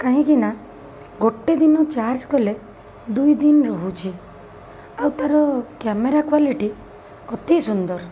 କାହିଁକି ନା ଗୋଟେ ଦିନ ଚାର୍ଜ କଲେ ଦୁଇ ଦିନ ରହୁଛି ଆଉ ତାର କ୍ୟାମେରା କ୍ୱାଲିଟି ଅତି ସୁନ୍ଦର